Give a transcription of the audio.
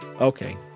Okay